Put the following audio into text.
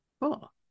Cool